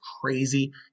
crazy